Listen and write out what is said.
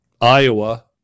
Iowa